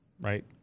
right